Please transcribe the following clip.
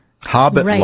hobbit